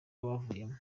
bavuyemo